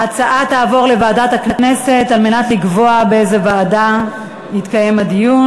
ההצעה תעבור לוועדת הכנסת כדי שתקבע באיזו ועדה יתקיים הדיון.